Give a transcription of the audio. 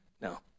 No